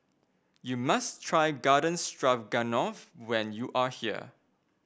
you must try Garden Stroganoff when you are here